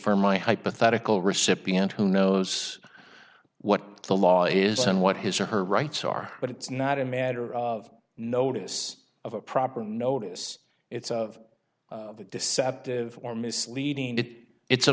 for my hypothetical recipient who knows what the law is and what his or her rights are but it's not a matter of notice of a proper notice it's of deceptive or misleading it it's a